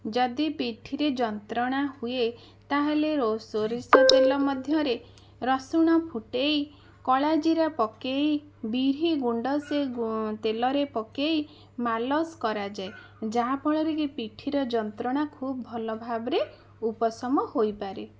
ଯଦି ପିଠିରେ ଯନ୍ତ୍ରଣା ହୁଏ ତାହେଲେ ରୋ ସୋରିଷ ତେଲ ମଧ୍ୟରେ ରସୁଣ ଫୁଟାଇ କଳାଜିରା ପକାଇ ଦିହି ଗୁଣ୍ଡ ସେ ଗୁ ତେଲରେ ପକାଇ ମାଲସ୍ କରାଯାଏ ଯାହା ଫଳରେ କି ପିଠିର ଯନ୍ତ୍ରଣା ଖୁବ୍ ଭଲ ଭାବରେ ଉପସମ ହୋଇପାରେ